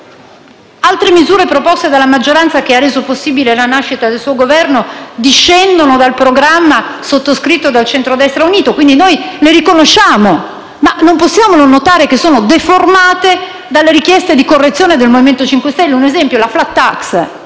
Altre misure proposte dalla maggioranza che ha reso possibile la nascita del suo Governo discendono dal programma sottoscritto dal centrodestra unito, quindi noi le riconosciamo, ma non possiamo non notare che sono deformate dalle richieste di correzione del MoVimento 5 Stelle. Un esempio, la *flat tax*